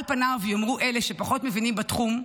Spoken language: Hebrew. על פניו, יאמרו אלה שפחות מבינים בתחום,